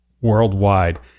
Worldwide